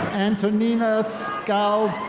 antonina scalici.